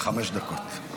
עד חמש דקות.